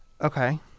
Okay